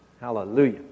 hallelujah